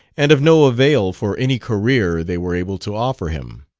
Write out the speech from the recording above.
and of no avail for any career they were able to offer him.